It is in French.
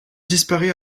disparaît